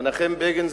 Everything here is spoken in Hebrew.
מנחם בגין,